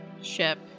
ship